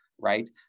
right